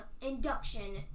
induction